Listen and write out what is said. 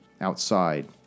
outside